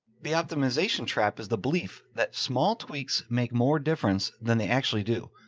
the optimization trap is the belief that small tweaks make more difference than they actually do.